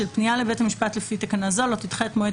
שפנייה לבית המשפט לפי תקנה זו לא תדחה את מועד